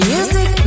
Music